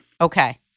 Okay